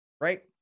right